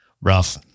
rough